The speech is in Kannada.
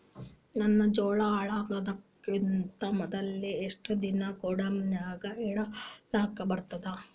ನನ್ನ ಜೋಳಾ ಹಾಳಾಗದಕ್ಕಿಂತ ಮೊದಲೇ ಎಷ್ಟು ದಿನ ಗೊದಾಮನ್ಯಾಗ ಇಡಲಕ ಬರ್ತಾದ?